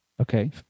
Okay